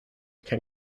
can